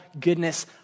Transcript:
goodness